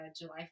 july